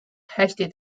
hästi